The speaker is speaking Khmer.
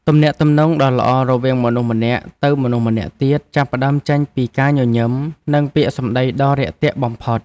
ទំនាក់ទំនងដ៏ល្អរវាងមនុស្សម្នាក់ទៅមនុស្សម្នាក់ទៀតចាប់ផ្តើមចេញពីការញញឹម និងពាក្យសម្តីដ៏រាក់ទាក់បំផុត។